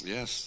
Yes